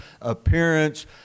appearance